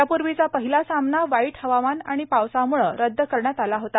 यापूर्वीचा पहिला सामना वाईट हवामान आणि पावसामुळं रद्द करण्यात आला होता